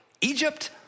Egypt